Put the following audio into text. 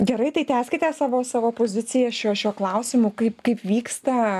gerai tai tęskite savo savo poziciją šiuo šiuo klausimu kaip kaip vyksta